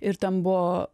ir ten buvo